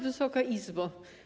Wysoka Izbo!